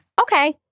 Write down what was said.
okay